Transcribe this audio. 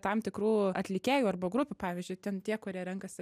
tam tikrų atlikėjų arba grupių pavyzdžiui ten tie kurie renkasi